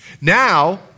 Now